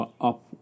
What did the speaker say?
up